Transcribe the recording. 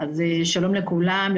שלום לכולם,